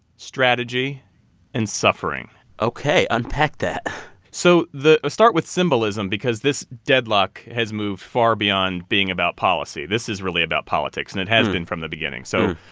strategy and suffering ok. unpack that so the i'll start with symbolism because this deadlock has moved far beyond being about policy. this is really about politics. and it has been from the beginning. so,